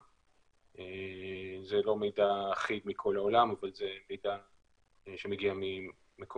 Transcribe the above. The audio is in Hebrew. קצר לא הגענו להישג יוצא דופן של פיתוח חיסונים בגישות